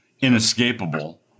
inescapable